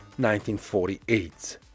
1948